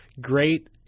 Great